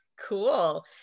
Cool